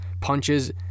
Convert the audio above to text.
punches